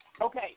Okay